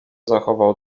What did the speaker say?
zachował